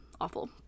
Awful